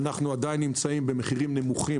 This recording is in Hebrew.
אנחנו עדיין נמצאים במחירים נמוכים,